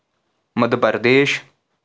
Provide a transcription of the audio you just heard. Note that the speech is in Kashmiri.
مدٕپردیش